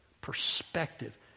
Perspective